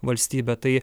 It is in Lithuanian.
valstybę tai